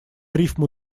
рифму